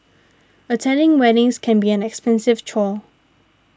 attending weddings can be an expensive chore